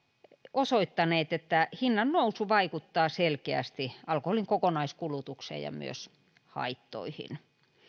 osoittaneet että hinnan nousu vaikuttaa selkeästi alkoholin kokonaiskulutukseen ja myös haittoihin